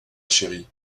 chérie